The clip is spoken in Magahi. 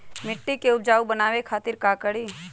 मिट्टी के उपजाऊ बनावे खातिर का करी?